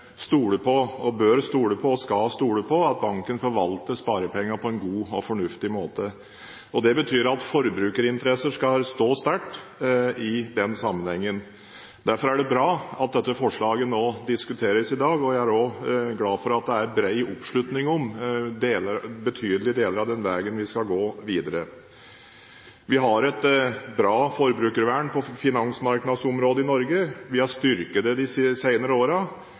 stole på og skal stole på – at banken forvalter sparepengene på en god og fornuftig måte. Det betyr at forbrukerinteresser skal stå sterkt i den sammenheng. Derfor er det bra at dette forslaget diskuteres i dag. Jeg er glad for at det er bred oppslutning om betydelige deler av den veien vi skal gå videre. Vi har et bra forbrukervern på finansmarkedsområdet i Norge. Vi har styrket det de